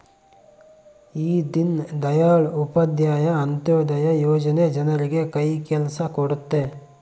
ಈ ದೀನ್ ದಯಾಳ್ ಉಪಾಧ್ಯಾಯ ಅಂತ್ಯೋದಯ ಯೋಜನೆ ಜನರಿಗೆ ಕೈ ಕೆಲ್ಸ ಕೊಡುತ್ತೆ